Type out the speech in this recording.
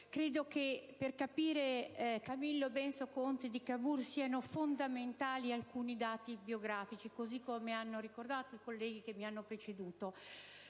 credo che per capire Camillo Benso conte di Cavour siano fondamentali alcuni dati biografici, così come hanno ricordato i colleghi che mi hanno preceduta.